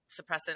suppressant